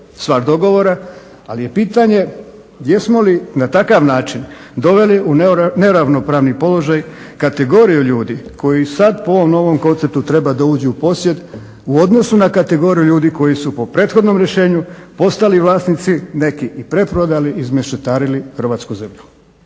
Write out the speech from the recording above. stvar dogovora, ali je pitanje jesmo li na takav način doveli u neravnopravni položaj kategoriju ljudi koji sad po ovom novom konceptu treba da uđu u posjed u odnosu na kategoriju ljudi koji su po prethodnom rješenju postali vlasnici neki i preprodali, izmešetarili hrvatsku zemlju.